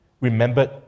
remembered